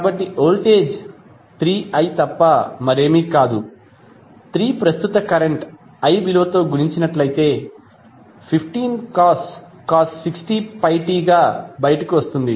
కాబట్టి voltage 3i తప్ప మరేమీ కాదు ఇది 3 ప్రస్తుత కరెంట్ i విలువతో గుణించినట్లైతే 15cos 60πt గా బయటకు వస్తుంది